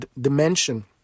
dimension